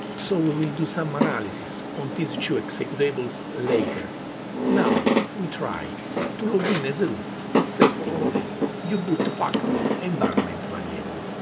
so we will do some analysis on these two executable, later now, we try to login as root setting the yeah u-boot factory environment variable.